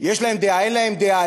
יש להם דעה או אין להם דעה,